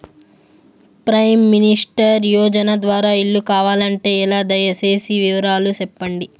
Prime minister Yojana ద్వారా ఇల్లు కావాలంటే ఎలా? దయ సేసి వివరాలు సెప్పండి?